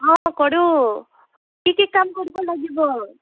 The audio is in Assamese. অঁ কৰোঁ কি কি কাম কৰিব লাগিব